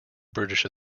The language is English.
british